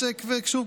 שוב,